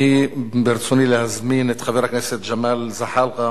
ברצוני להזמין את חבר הכנסת ג'מאל זחאלקה